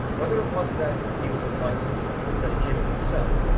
whether it was that he was invited or that he came of himself,